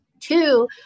Two